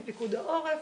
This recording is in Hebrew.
עם פיקוד העורף,